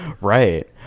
Right